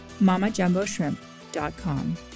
MamaJumboShrimp.com